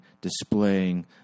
displaying